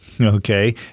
Okay